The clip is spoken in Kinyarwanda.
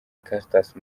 cartas